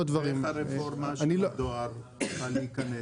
איך הרפורמה של הדואר תוכל להיכנס?